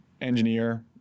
engineer